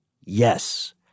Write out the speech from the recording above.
yes